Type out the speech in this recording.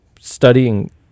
studying